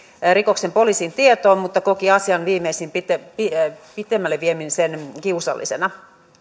rikoksen poliisin tietoon he kokivat asian pitemmälleviemisen kiusallisena